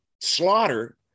Slaughter